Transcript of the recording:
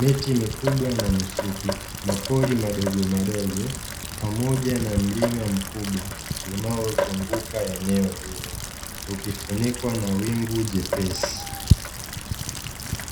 miti mikubwa na mifupi, mapori madogomadogo pamoja na mlima mkubwa unaozunguka eneo hilo, ukifunikwa na wingu jepesi.